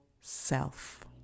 self